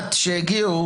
מתל"ת שהגיעו,